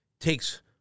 takes